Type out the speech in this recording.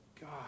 God